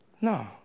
no